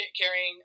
carrying